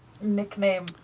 nickname